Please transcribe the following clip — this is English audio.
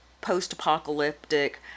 post-apocalyptic